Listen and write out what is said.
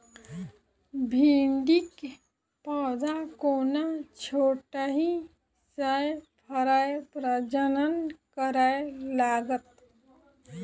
भिंडीक पौधा कोना छोटहि सँ फरय प्रजनन करै लागत?